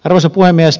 arvoisa puhemies